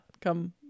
come